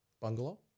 Bungalow